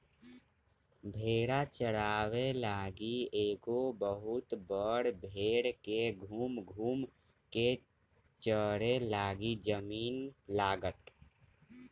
भेड़ा चाराबे लागी एगो बहुत बड़ भेड़ के घुम घुम् कें चरे लागी जमिन्न लागत